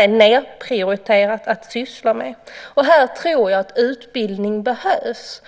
är nedprioriterat bland läkare att syssla med smärta. Här tror jag att utbildning behövs.